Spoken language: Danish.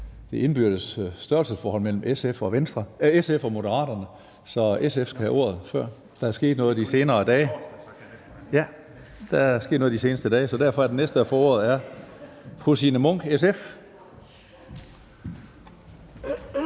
det indbyrdes størrelsesforhold mellem SF og Moderaterne. Så SF skal have ordet først. Der er sket noget i de seneste dage. Derfor er den næste, der får ordet, fru Signe Munk, SF.